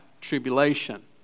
tribulation